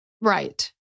Right